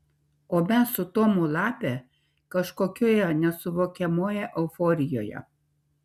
o mes su tomu lape kažkokioje nesuvokiamoje euforijoje